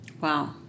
Wow